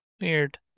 Weird